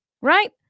Right